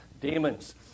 demons